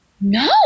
No